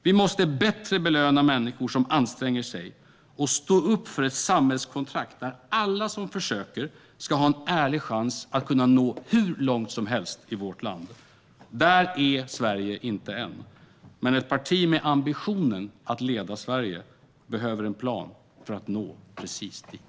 Vi måste bättre belöna människor som anstränger sig och stå upp för ett samhällskontrakt där alla som försöker ska ha en ärlig chans att nå hur långt som helst i vårt land. Där är Sverige inte än. Men ett parti med ambitionen att leda Sverige behöver en plan för att nå just dit.